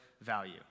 value